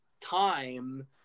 time